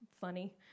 funny